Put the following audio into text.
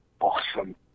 awesome